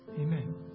Amen